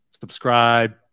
subscribe